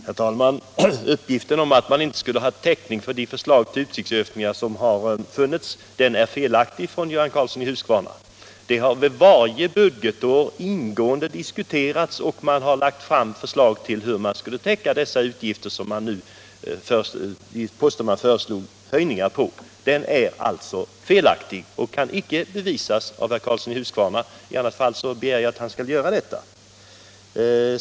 Herr talman! Göran Karlssons uppgift att man inte skulle ha täckning för de förslag till utgiftsökningar som har lagts fram är felaktig. Detta har varje budgetår ingående diskuterats, och man har lagt fram förslag till hur de poster skulle klaras där det föreslagits höjningar. Den uppgiften är alltså felaktig och kan icke bevisas av herr Karlsson i Huskvarna. I annat fall begär jag att han skall göra detta.